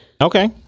Okay